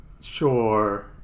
sure